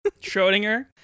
Schrodinger